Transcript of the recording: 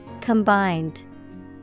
Combined